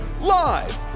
live